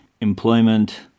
employment